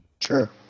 Sure